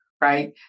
right